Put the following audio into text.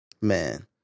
Man